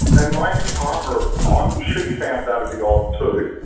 and my ex-partner at the time, she found that a bit odd too.